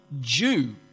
Jew